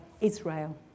Israel